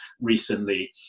recently